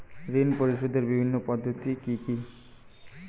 ঋণ পরিশোধের বিভিন্ন পদ্ধতি কি কি?